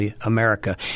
America